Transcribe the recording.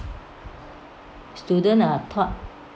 student are taught